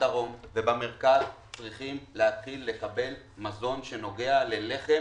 בדרום ובמרכז צריכים להתחיל לקבל מזון שנוגע ללחם